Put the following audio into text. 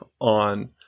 on